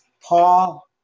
Paul